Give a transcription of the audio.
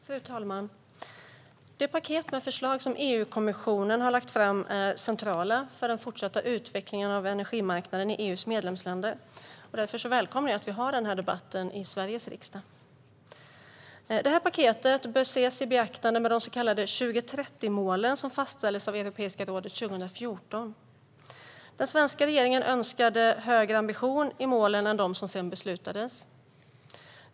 Fru talman! Det paket med förslag som EU-kommissionen har lagt fram är centralt för den fortsatta utvecklingen av energimarknaden i EU:s medlemsländer. Därför välkomnar jag att vi har den här debatten i Sveriges riksdag. Det här paketet bör ses i ljuset av de så kallade 2030-målen, som fastställdes av Europeiska rådet 2014. Den svenska regeringen önskade högre ambitioner i målen än dem som sedan beslutades.